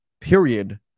period